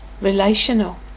relational